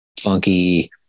funky